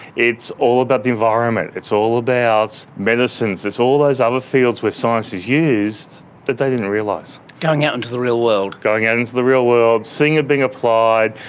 it's all about the environment, it's all about medicines, it's all those other fields where science is used that they didn't realise. going out into the real world. going out into the real world, seeing it being applied,